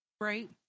Right